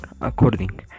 according